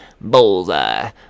Bullseye